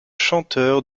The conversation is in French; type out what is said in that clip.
chanteur